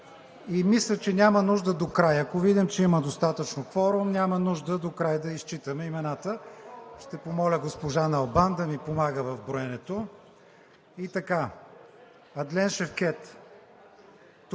и мисля, че няма нужда да е до края – ако видим, че има достатъчно кворум, няма нужда докрай да изчитаме имената. Ще помоля госпожа Налбант да ми помага в броенето.